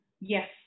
yes